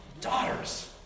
daughters